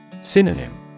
Synonym